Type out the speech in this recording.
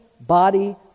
body